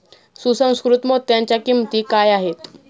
सुसंस्कृत मोत्यांच्या किंमती काय आहेत